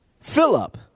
Philip